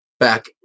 Back